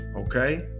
okay